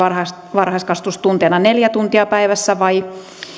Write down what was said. varhaiskasvatustunteina neljä tuntia päivässä vai